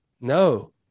no